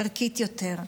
ערכית יותר,